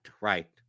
right